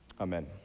Amen